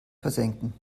versenken